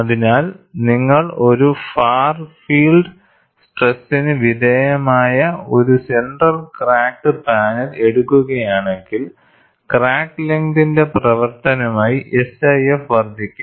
അതിനാൽ നിങ്ങൾ ഒരു ഫാർ ഫീൽഡ് സ്ട്രെസിന് വിധേയമായ ഒരു സെന്റർ ക്രാക്കഡ് പാനൽ എടുക്കുകയാണെങ്കിൽ ക്രാക്ക് ലെങ്തിന്റെ പ്രവർത്തനമായി SIF വർദ്ധിക്കും